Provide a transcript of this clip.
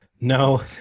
No